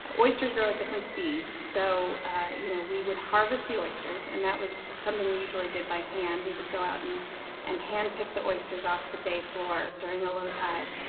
ah oysters grow at different speeds, so you know we would harvest the oysters and that was something we usually did by hand. we would go out and and hand-pick the oysters off the bay floor during a low tide,